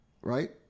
right